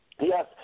Yes